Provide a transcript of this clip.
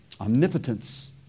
omnipotence